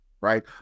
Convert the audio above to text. right